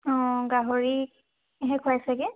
অঁ গাহৰিহে খুৱাই চাগে